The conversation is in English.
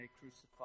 crucified